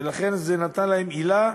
ולכן זה נתן להם עילה,